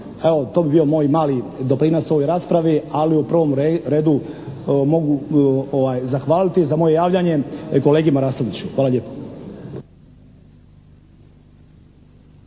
Evo to bi bio moj mali doprinos ovoj raspravi ali u prvom redu mogu zahvaliti za moje javljanje kolegi Marasoviću. Hvala lijepo.